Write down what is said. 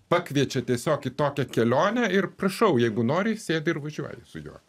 pakviečia tiesiog į tokią kelionę ir prašau jeigu nori sėdi ir važiuoji su juo